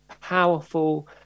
powerful